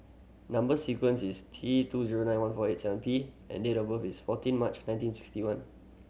number sequence is T two zero nine one four eight seven P and date of birth is fourteen March nineteen sixty one